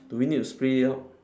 do we need to split it out